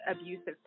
abusive